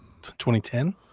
2010